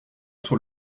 sur